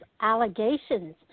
allegations